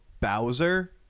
Bowser